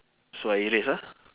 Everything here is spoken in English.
so I erase ah